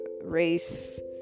race